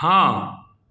हॅं